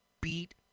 beat